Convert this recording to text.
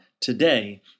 today